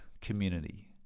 community